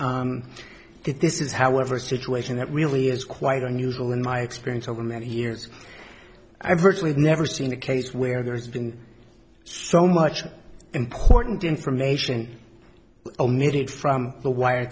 is however a situation that really is quite unusual in my experience over many years i virtually never seen a case where there's been so much important information needed from the wire